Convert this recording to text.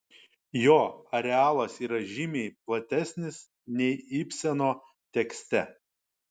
jo arealas yra žymiai platesnis nei ibseno tekste